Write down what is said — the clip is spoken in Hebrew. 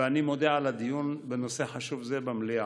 ואני מודה על הדיון בנושא חשוב זה במליאה.